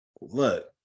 look